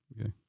Okay